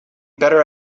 better